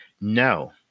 No